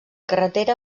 carretera